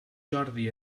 jordi